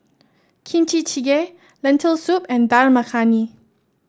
Kimchi Jjigae Lentil Soup and Dal Makhani